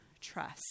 trust